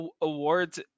awards